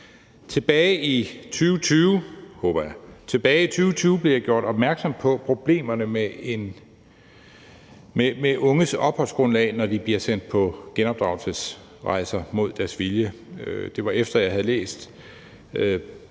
Tilbage i 2020 blev jeg gjort opmærksom på problemerne med unges opholdsgrundlag, når de bliver sendt på genopdragelsesrejse mod deres vilje. Det var, efter at jeg havde læst